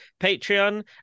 Patreon